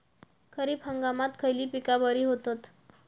खरीप हंगामात खयली पीका बरी होतत?